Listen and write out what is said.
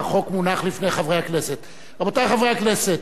החוק מונח לפני חברי הכנסת.